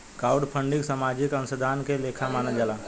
crowdfunding सामाजिक अंशदान के लेखा मानल जाला